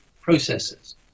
processes